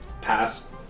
past